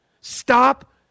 Stop